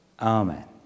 Amen